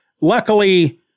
luckily